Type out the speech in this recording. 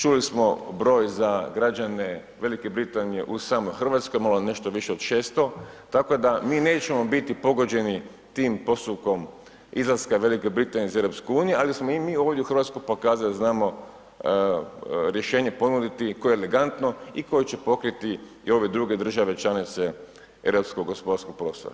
Čuli smo broj za građane Velike Britanije u samoj Hrvatskoj, malo nešto više od 600, tako da mi nećemo biti pogođeni tim postupkom izlaska Velike Britanije iz EU, ali smo i mi ovdje u Hrvatskoj pokazali znamo rješenje ponuditi, koje je elegantno i koje će pokriti i ove druge države članice europskog gospodarskog prostora.